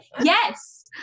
Yes